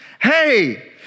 hey